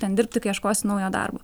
ten dirbti kai ieškosiu naujo darbo